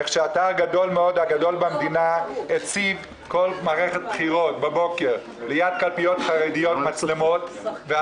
איך שהתא הגדול במדינה הציב מצלמות בקלפיות חרדיות בבוקר